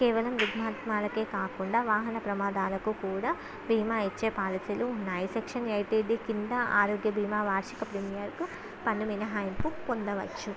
కేవలం రుగ్మతలకే కాకుండా వాహన ప్రమాదాలకు కూడా భీమా ఇచ్చే పాలసీలు ఉన్నాయి సెక్షన్ ఎయిట్ ఈడి క్రింద ఆరోగ్య భీమా వార్షిక ప్రీమియరుకు పన్ను మినహాయింపు పొందవచ్చు